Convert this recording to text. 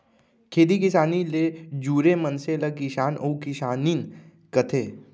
खेती किसानी ले जुरे मनसे ल किसान अउ किसानिन कथें